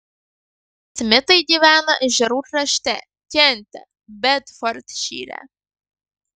smitai gyvena ežerų krašte kente bedfordšyre